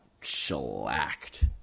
shellacked